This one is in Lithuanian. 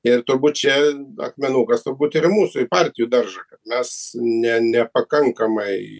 ir turbūt čia akmenukas turbūt ir į mūsų į partijų daržą kad mes ne nepakankamai